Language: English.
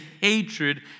hatred